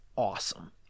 Awesome